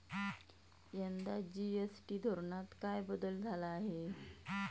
यंदा जी.एस.टी धोरणात काय बदल झाला आहे?